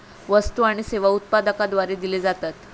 वस्तु आणि सेवा उत्पादकाद्वारे दिले जातत